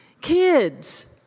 Kids